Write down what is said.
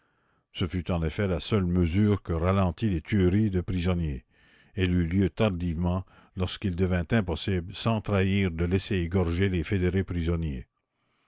ce fut en effet la seule mesure qui ralentit les tueries de prisonniers elle eut lieu tardivement lorsqu'il devint impossible sans trahir de laisser égorger les fédérés prisonniers